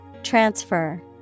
transfer